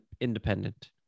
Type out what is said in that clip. independent